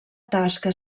tasca